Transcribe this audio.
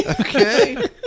Okay